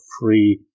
free